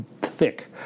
thick